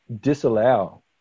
disallow